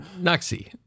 Noxie